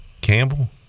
Campbell